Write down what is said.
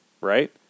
right